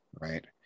Right